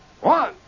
One